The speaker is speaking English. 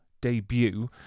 debut